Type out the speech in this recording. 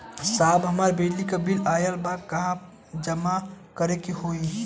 साहब हमार बिजली क बिल ऑयल बा कहाँ जमा करेके होइ?